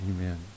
Amen